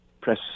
press